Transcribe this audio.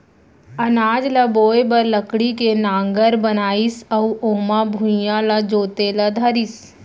अनाज ल बोए बर लकड़ी के नांगर बनाइस अउ ओमा भुइयॉं ल जोते ल धरिस